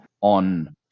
on